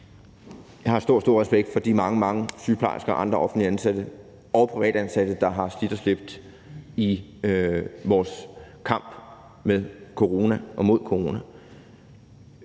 Jeg har stor, stor respekt for de mange, mange sygeplejersker og andre offentligt ansatte og privatansatte, der har slidt og slæbt i vores kamp med og mod corona.